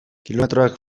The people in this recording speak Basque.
kilometroak